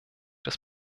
des